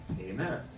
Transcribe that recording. amen